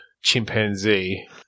chimpanzee